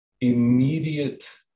immediate